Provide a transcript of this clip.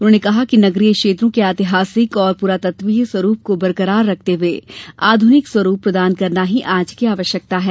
उन्होंने कहा कि नगरीय क्षेत्रों के ऐतिहासिक और पुरातत्वीय स्वरूप को बरकरार रखते हुए आध्र्निक स्वरूप प्रदान करना ही आज की आवश्यकता है